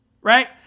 right